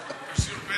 תשאיר פתק.